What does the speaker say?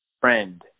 friend